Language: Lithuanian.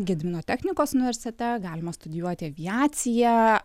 gedimino technikos universitete galima studijuoti aviaciją